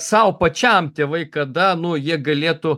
sau pačiam tėvai kada nu jie galėtų